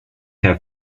have